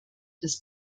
des